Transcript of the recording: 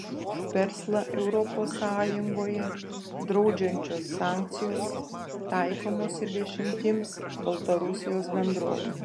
verslą europos sąjungoje draudžiančios sankcijos taikomos ir dešimtims baltarusijos bendrovių